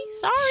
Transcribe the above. Sorry